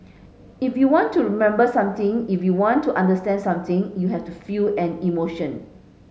if you want to remember something if you want to understand something you have to feel an emotion